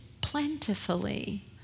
plentifully